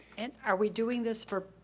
and are we doing this for,